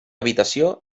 habitació